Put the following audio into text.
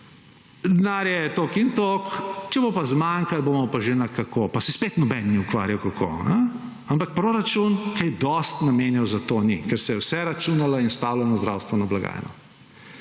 denarja je toliko in toliko, če bo pa zmanjkalo, bomo pa že nekako, pa se spet nobeden ni ukvarjal kako, ampak proračun kaj dosti namenjal za to ni, ker se je vse računalo in stavilo na zdravstveno blagajno.